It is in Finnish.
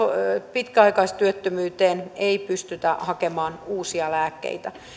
pitkäaikaistyöttömyyteen ei pystytä hakemaan uusia lääkkeitä